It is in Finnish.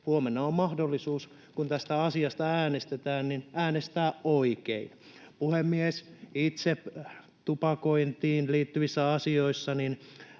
Huomenna on mahdollisuus, kun tästä asiasta äänestetään, äänestää oikein. Puhemies! Itse tupakointiin liittyvissä asioissa